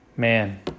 Man